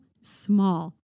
small